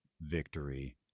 victory